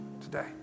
today